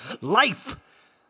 Life